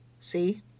See